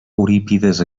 eurípides